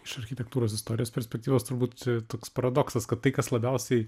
iš architektūros istorijos perspektyvos turbūt toks paradoksas kad tai kas labiausiai